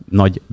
nagy